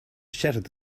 shattered